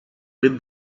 with